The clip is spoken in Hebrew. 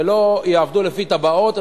ולא יעבדו לפי תב"עות,